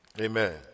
amen